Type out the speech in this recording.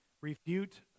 Refute